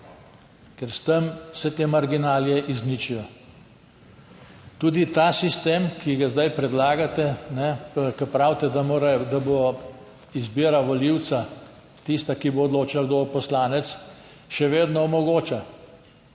ker s tem se te marginalije izničijo. Tudi ta sistem, ki ga zdaj predlagate, ko pravite, da bo izbira volivca tista, ki bo odločal, kdo bo poslanec, še vedno omogoča,